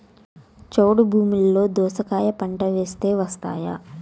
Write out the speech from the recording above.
చౌడు భూమిలో దోస కాయ పంట వేస్తే వస్తాయా?